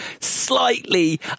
slightly